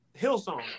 Hillsong